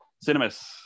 cinemas